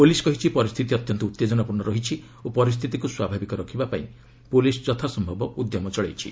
police କହିଛି ପରିସ୍ଥିତି ଅତ୍ୟନ୍ତ ଉତ୍ତେଜନାପୂର୍ଣ୍ଣ ରହିଛି ଓ ପରିସ୍ଥିତିକୁ ସ୍ୱାଭାବିକ ରଖିବା ପାଇଁ ପୁଲିସ ଯଥାସମ୍ଭବ ଉଦ୍ୟମ କରିଛି